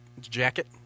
jacket